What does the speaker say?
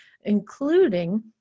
including